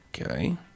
okay